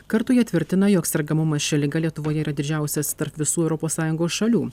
kartu jie tvirtina jog sergamumas šia liga lietuvoje yra didžiausias tarp visų europos sąjungos šalių